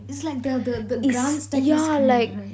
is like the the the grand staircase correct